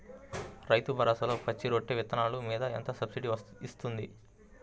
రైతు భరోసాలో పచ్చి రొట్టె విత్తనాలు మీద ఎంత సబ్సిడీ ఇస్తుంది?